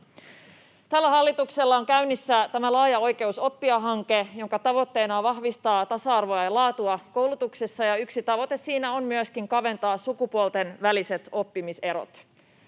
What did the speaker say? Hallituksella on käynnissä laaja Oikeus oppia ‑hanke, jonka tavoitteena on vahvistaa tasa-arvoa ja laatua koulutuksessa, ja yksi tavoite siinä on myöskin kaventaa sukupuolten välisiä oppimiseroja.